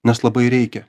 nes labai reikia